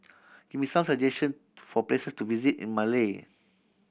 give me some suggestion for place to visit in Male